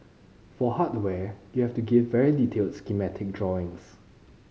for hardware you have to give very detailed schematic drawings